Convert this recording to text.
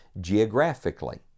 geographically